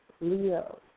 Leo